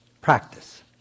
practice